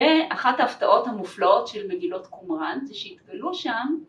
‫אחת ההפתעות המופלאות ‫של מגילות קומראן ‫זה שהתגלו שם...